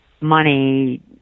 money